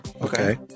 Okay